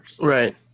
Right